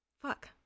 fuck